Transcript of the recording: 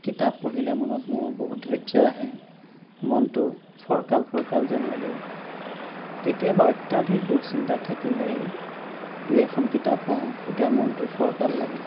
কিতাপ পঢ়িলে মনত মোৰ বহুত ধৈৰ্য আহে মনটো ফৰকাল ফৰকাল যেন লাগে কেতিয়াবা অত্যাধিক দুখ চিন্তাত থাকিলে দুই এখন কিতাপ পঢ়োঁ তেতিয়া মনটো ফৰকাল লাগে